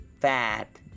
fat